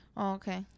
okay